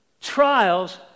Trials